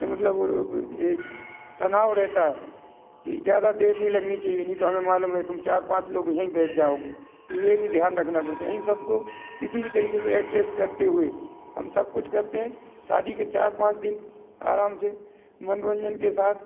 मतलब वो लोग एक तनाव रहता हैं तो ज़्यादा देर नहीं लगनी चाहिए नहीं तो हमें मालूम है तुम चार पाँच लोग यहीं बैठ जाओगे ये भी ध्यान रखना पड़ता है इन सब को किसी भी तरीके से एडजेस्ट करते हुए हम सब कुछ करते है शादी के चार पाँच दिन आराम से मनोरंजन के साथ